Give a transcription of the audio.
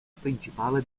principale